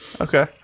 okay